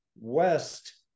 west